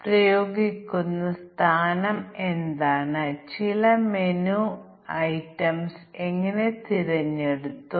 പ്രോഗ്രാമർമാർ അവരുടെ പ്രോഗ്രാം എഴുതുമ്പോൾ ചില കാരണങ്ങളാൽ തുല്യതാ ക്ലാസുകളുടെ അതിർത്തിയിൽ തെറ്റുകൾ വരുത്തുന്നു